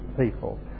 people